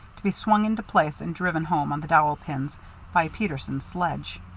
to be swung into place and driven home on the dowel pins by peterson's sledge.